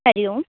हरिः ओम्